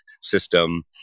system